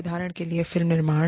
उदाहरण के लिए फिल्म निर्माण